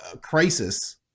crisis